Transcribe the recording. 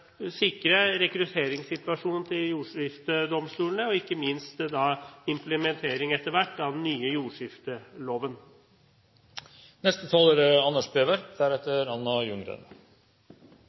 sikre rekrutteringssituasjonen til jordskiftedomstolene og ikke minst etter hvert implementering av den nye jordskifteloven. Det er